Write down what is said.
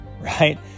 right